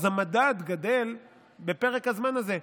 אז המדד גדל בפרק הזמן הזה.